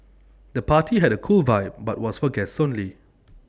the party had A cool vibe but was for guests only